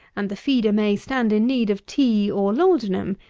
and the feeder may stand in need of tea or laudanum,